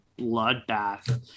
bloodbath